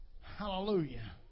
hallelujah